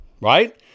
right